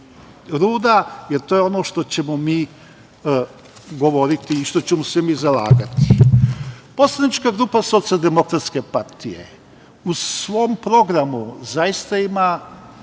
ruda, jer to je ono što ćemo mi govoriti i što ćemo se mi zalagati. Poslanička grupa SDP u svom programu zaista ima